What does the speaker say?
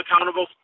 accountable